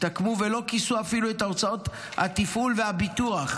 ולא כיסו אפילו את הוצאות התפעול והביטוח.